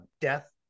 death